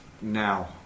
now